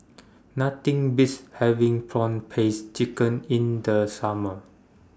Nothing Beats having Prawn Paste Chicken in The Summer